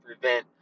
prevent